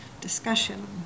discussion